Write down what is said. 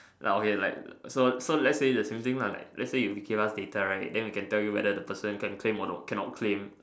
ya okay like so so let's say the same thing lah like let's say you give us data right then we can tell you whether the person can claim or cannot claim